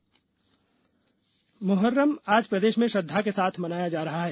मोहर्रम मोहर्रम आज प्रदेश में श्रद्धा के साथ मनाया जा रहा है